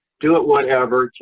do it whatever.